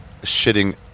shitting